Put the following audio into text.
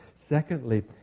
Secondly